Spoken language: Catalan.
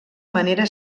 manera